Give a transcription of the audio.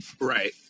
right